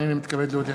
הנני מתכבד להודיעכם,